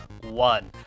one